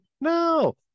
No